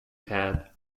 pad